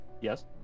yes